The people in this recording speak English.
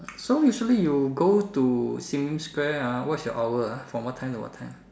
so usually you go to Sim Lim ah what is your hour ah from what time to what time